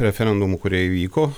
referendumų kurie įvyko